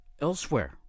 elsewhere